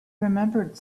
remembered